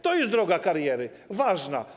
To jest droga kariery - ważna.